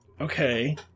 okay